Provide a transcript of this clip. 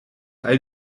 all